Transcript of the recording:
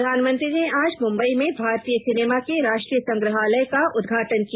प्रधानमंत्री ने आज मुंबई में भारतीय सिनेमा के राष्ट्रीय संग्रहालय का उद्घाटन किया